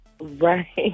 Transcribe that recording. Right